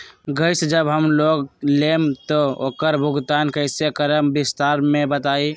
Gas जब हम लोग लेम त उकर भुगतान कइसे करम विस्तार मे बताई?